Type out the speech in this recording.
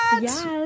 Yes